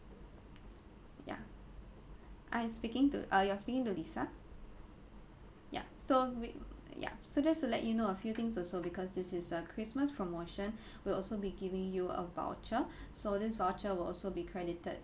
I'm speaking to uh you're speaking to lisa ya so we ya so just to let you know a few things also because this is a christmas promotion we'll also be giving you a voucher so this voucher will also be credited